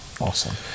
awesome